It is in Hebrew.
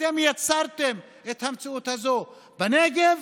אתם יצרתם את המציאות הזאת בנגב